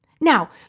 Now